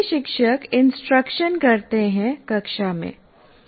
सभी शिक्षक इंस्ट्रक्शन करते हैं कक्षा मैं